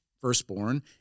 firstborn